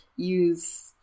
use